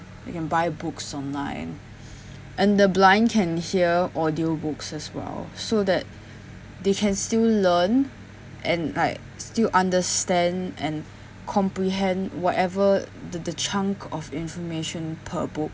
you can buy books online and the blind can hear audiobooks as well so that they can still learn and like still understand and comprehend whatever the the chunk of information per book